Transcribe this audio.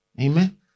Amen